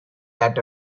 that